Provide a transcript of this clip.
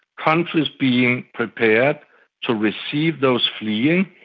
countries being prepared to receive those fleeing,